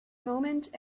moment